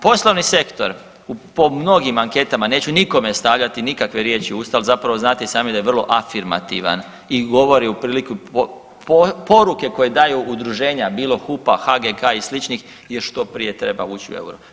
Poslovni sektor po mnogim anketama, neću nikome stavljati nikakve riječi u usta, ali zapravo znate i sami da je vrlo afirmativan i govori u priliku poruke koje daju udruženja bilo HUP-a, HGK i sličnih je što prije treba ući u euro.